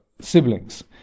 siblings